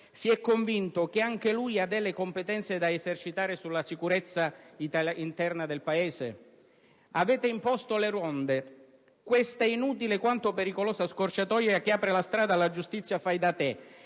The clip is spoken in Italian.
si è convinto che anche lui ha delle competenze da esercitare sulla sicurezza interna del Paese? Avete imposto le ronde, questa inutile quanto pericolosa scorciatoia che apre la strada alla giustizia "fai da te"